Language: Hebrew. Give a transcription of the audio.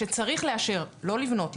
לא לבנות.